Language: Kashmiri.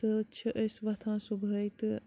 تہٕ چھِ أسۍ وۄتھان صُبحٲے تہٕ